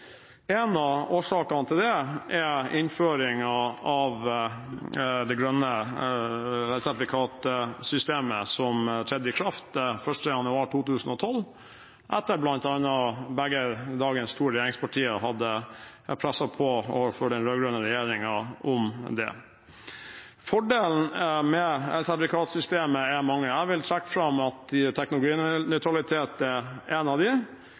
En av årsakene til det er innføringen av det grønne elsertifikatsystemet som trådte i kraft 1. januar 2012, etter at bl.a. dagens to regjeringspartier hadde presset på overfor den rød-grønne regjeringen for det. Fordelene med elsertifikatsystemet er mange. Jeg vil trekke fram at teknologinøytralitet er en av